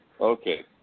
Okay